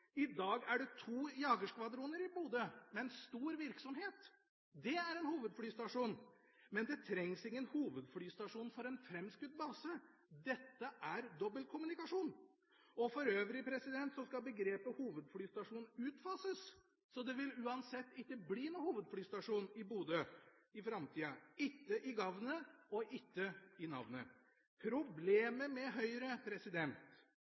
I dag er det i Bodø to jagerskvadroner med stor virksomhet. Det er en hovedflystasjon, men det trengs ingen hovedflystasjon for en framskutt base. Dette er dobbeltkommunikasjon. For øvrig skal begrepet «hovedflystasjon» utfases, så det vil uansett ikke bli noen hovedflystasjon i Bodø i framtida – ikke i gagnet og ikke i navnet.